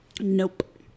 Nope